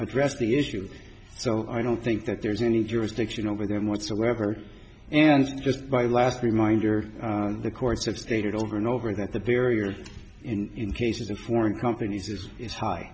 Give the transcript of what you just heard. address the issue so i don't think that there's any jurisdiction over them whatsoever and just by the last reminder the courts have stated over and over that the barrier in cases of foreign companies is it's high